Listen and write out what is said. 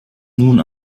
nun